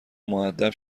مودب